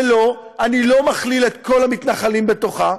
ולא, אני לא מכליל את כל המתנחלים בתוכה,